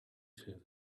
through